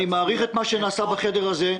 אני מעריך את מה שנעשה בחדר הזה,